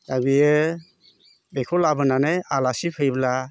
दा बियो बेखौ लाबोनानै आलासि फैब्ला